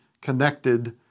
connected